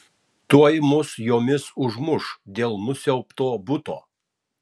tuoj mus jomis užmuš dėl nusiaubto buto